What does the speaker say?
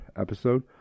episode